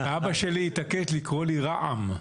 אבא שלי התעקש לקרוא לי רעם.